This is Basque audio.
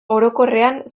orokorrean